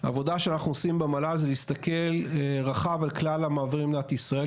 העבודה שאנחנו עושים במל"ל זה להסתכל רחב על כלל המעברים במדינה ישראל,